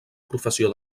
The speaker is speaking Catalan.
professió